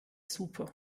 super